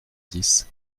dix